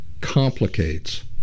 complicates